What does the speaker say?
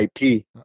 IP